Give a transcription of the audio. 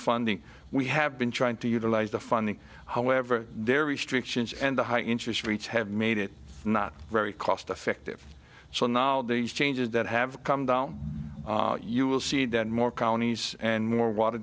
funding we have been trying to utilize the funding however there are restrictions and the high interest rates have made it not very cost effective so now these changes that have come down you will see that more counties and more water